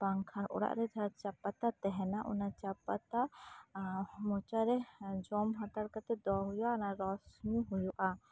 ᱵᱟᱝᱠᱷᱟᱱ ᱚᱲᱟᱜ ᱨᱮ ᱡᱟᱦᱟᱸ ᱪᱟ ᱯᱟᱛᱟ ᱛᱟᱦᱮᱸᱱᱟ ᱚᱱᱟ ᱪᱟ ᱯᱟᱛᱟ ᱢᱚᱪᱟ ᱨᱮ ᱡᱚᱢ ᱦᱟᱛᱟᱲ ᱠᱟᱛᱮᱜ ᱫᱚᱦᱚ ᱦᱩᱭᱩᱜᱼᱟ ᱚᱱᱟ ᱨᱚᱥ ᱧᱩ ᱦᱩᱭᱩᱜᱼᱟ